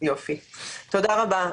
תודה רבה.